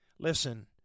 Listen